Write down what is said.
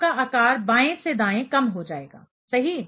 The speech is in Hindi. तो आपका आकार बाएं से दाएं कम हो जाएगा सही